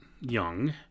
young